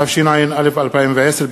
התשע"א 2010,